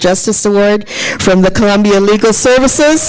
justice a word from the columbia legal services